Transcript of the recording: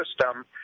system